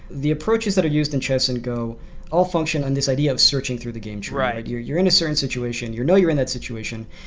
the approaches that are used in chess and go all function on this idea of searching through the game drive. you're you're in a certain situation, you know you're in that situation,